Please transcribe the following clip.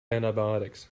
antibiotics